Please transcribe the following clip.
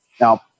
Now